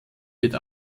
wird